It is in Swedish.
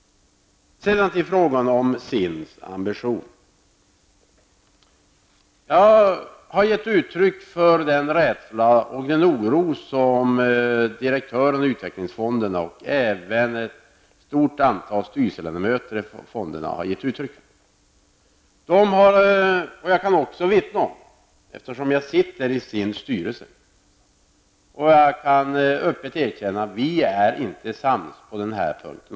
Sedan till frågan om SINDs ambitioner. Jag har gett uttryck för den rädsla och oro som direktörerna för utvecklingsfonderna och även ett stort antal av fondernas styrelseledamöter känner. Eftersom jag sitter i SINDs styrelse kan jag också vittna om och öppet erkänna att vi inte är sams på den här punkten.